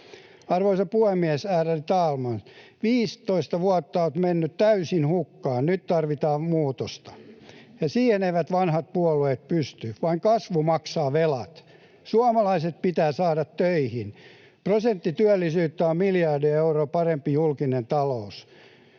Arvoisa puhemies, ärade talman! 15 vuotta on mennyt täysin hukkaan. Nyt tarvitaan muutosta, ja siihen eivät vanhat puolueet pysty. Vain kasvu maksaa velat. Suomalaiset pitää saada töihin. Prosentti työllisyyttä on miljardi euroa parempi julkinen talous.